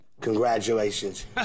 congratulations